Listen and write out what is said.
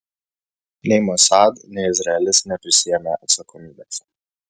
nei mossad nei izraelis neprisiėmė atsakomybės